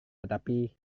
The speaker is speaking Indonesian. tetapi